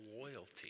loyalty